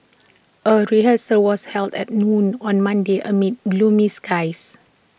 A rehearsal was held at noon on Monday amid gloomy skies